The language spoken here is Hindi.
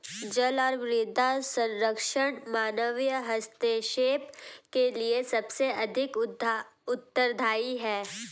जल और मृदा संरक्षण मानवीय हस्तक्षेप के लिए सबसे अधिक उत्तरदायी हैं